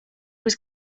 was